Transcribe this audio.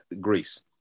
Greece